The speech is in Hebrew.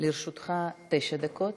לרשותך תשע דקות.